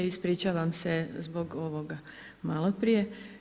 Ispričavam se zbog ovoga od maloprije.